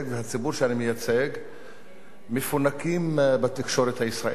והציבור שאני מייצג מפונקים בתקשורת הישראלית,